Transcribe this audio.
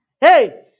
Hey